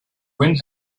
wind